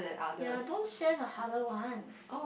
ye don't share the harder one